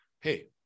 hey